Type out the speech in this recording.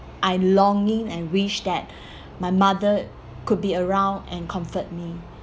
I longing and wish that my mother could be around and comfort me